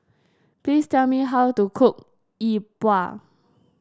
please tell me how to cook Yi Bua